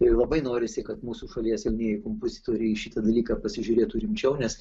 ir labai norisi kad mūsų šalies jaunieji kompozitoriai į šitą dalyką pasižiūrėtų rimčiau nes